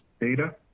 data